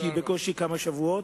כי היא מכהנת בקושי כמה שבועות.